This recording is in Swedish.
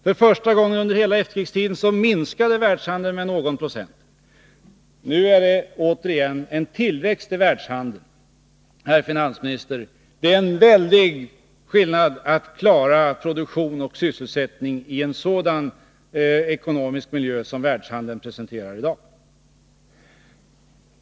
För första gången under efterkrigstiden minskade världshandeln med någon procent. Nu är det återigen en tillväxt i världshandeln, herr finansminister, och det är en väldig skillnad att klara produktion och sysselsättning i en ekonomisk miljö som den världshandeln presenterar i dag.